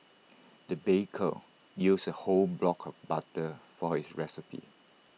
the baker used A whole block of butter for this recipe